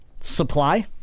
supply